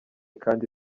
kandi